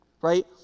right